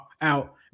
out